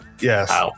yes